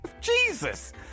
Jesus